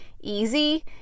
easy